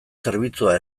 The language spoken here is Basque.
zerbitzua